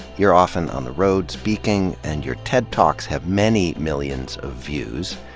you're often on the road speaking and your ted ta lks have many millions of views.